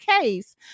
case